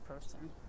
person